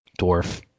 dwarf